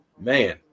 man